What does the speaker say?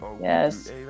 Yes